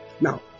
Now